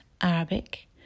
Arabic